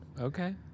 Okay